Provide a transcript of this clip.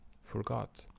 forgot